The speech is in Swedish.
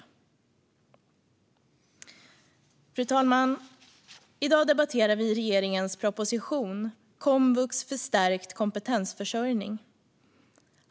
Fru talman! I dag debatterar vi regeringens proposition Komvux för stärkt kompetensförsörjning .